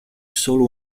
solo